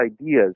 ideas